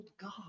God